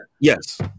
Yes